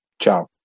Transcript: Ciao